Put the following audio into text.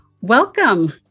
Welcome